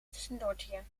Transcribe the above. tussendoortje